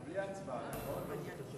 זה בלי הצבעה, נכון?